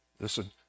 listen